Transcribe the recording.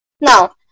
Now